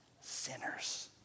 sinners